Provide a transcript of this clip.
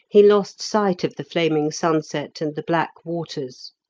he lost sight of the flaming sunset and the black waters.